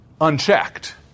unchecked